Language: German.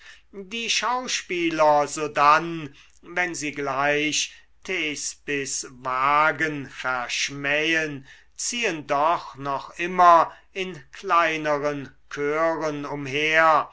die schauspieler sodann wenn sie gleich thespis wagen verschmähen ziehen doch noch immer in kleineren chören umher